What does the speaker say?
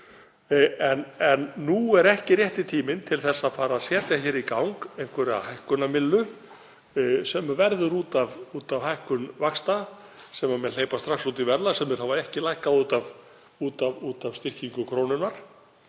En nú er ekki rétti tíminn til að fara að setja í gang einhverja hækkunarmyllu sem verður út af hækkun vaxta sem menn hleypa strax út í verðlag sem þeir hafa ekki lækkað út af styrkingu krónunnar.